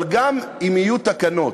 אבל גם אם יהיו תקנות,